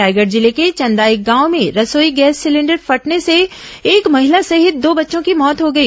रायगढ़ जिले के चंदाई गांव में रसोई गैस सिलेंडर फटने से एक महिला सहित दो बच्चों की मौत हो गई